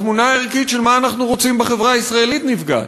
התמונה הערכית של מה אנחנו רוצים בחברה הישראלית נפגעת.